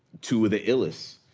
two of the illest,